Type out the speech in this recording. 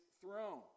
throne